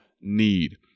need